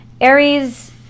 Aries